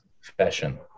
fashion